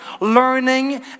learning